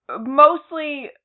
mostly